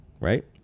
right